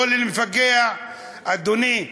אדוני,